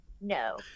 No